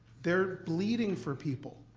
they're bleeding for people.